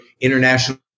International